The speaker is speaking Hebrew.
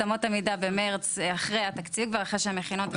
אמות המידה במרץ כבר אחרי שהן מכינות את התקציב.